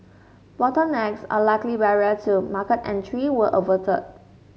bottlenecks a likely barrier to market entry were averted